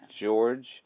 George